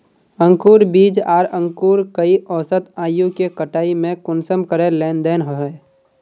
अंकूर बीज आर अंकूर कई औसत आयु के कटाई में कुंसम करे लेन देन होए?